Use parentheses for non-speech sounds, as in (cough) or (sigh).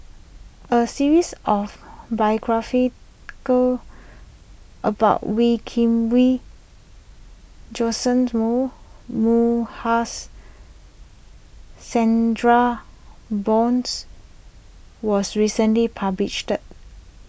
a series of biograph go about Wee Kim Wee Johnson's Moo Moo (unintelligible) Chandra Bose was recently published